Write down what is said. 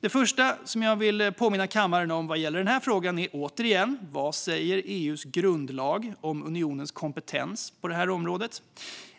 Det första jag vill påminna kammaren om vad gäller den frågan är återigen vad EU:s grundlag säger om unionens kompetens på det området.